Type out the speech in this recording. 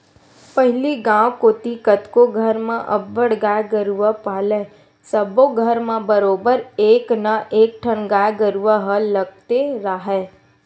पहिली गांव कोती कतको घर म अब्बड़ गाय गरूवा पालय सब्बो घर म बरोबर एक ना एकठन गाय गरुवा ह लगते राहय